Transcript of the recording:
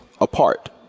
apart